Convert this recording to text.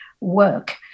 work